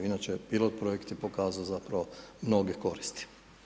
Inače, pilot-projekt je pokazao zapravo mnoge koristi.